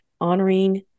honoring